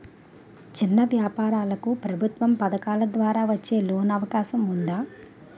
చిన్న వ్యాపారాలకు ప్రభుత్వం పథకాల ద్వారా వచ్చే లోన్ అవకాశం ఉందా?